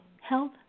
health